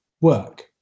work